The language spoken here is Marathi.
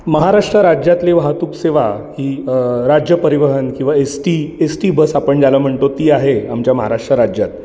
महाराष्ट्र राज्यातली वाहतूक सेवा ही राज्यपरिवहन किंवा S T S T bus आपण ज्याला म्हणतो ती आहे आमच्या महाराष्ट्र राज्यात